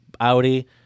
Audi